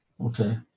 okay